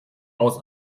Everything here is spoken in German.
aus